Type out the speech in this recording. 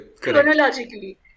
Chronologically